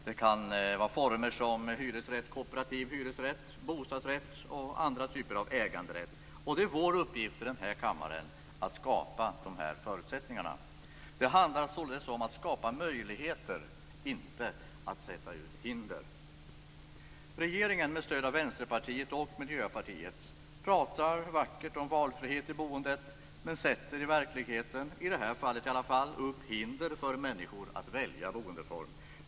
Det kan vara former som hyresrätt, kooperativ hyresrätt, bostadsrätt och andra typer av äganderätt. Det är vår uppgift i denna kammare att skapa dessa förutsättningar. Det handlar således om att skapa möjligheter - inte om att sätta ut hinder. Regeringen pratar med stöd av Vänsterpartiet och Miljöpartiet vackert om valfrihet i boendet, men sätter i verkligheten - i alla fall i detta fall - upp hinder för människor att välja boendeform.